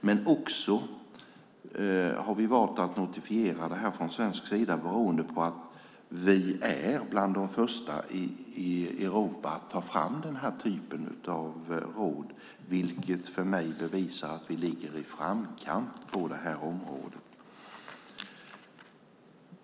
Vi har också valt att notifiera det här från svensk sida för att vi är bland de första i Europa att ta fram den här typen av råd, vilket för mig bevisar att vi ligger i framkant på det här området.